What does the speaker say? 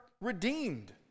redeemed